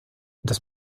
das